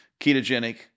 ketogenic